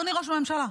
אדוני ראש הממשלה,